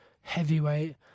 heavyweight